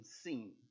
seen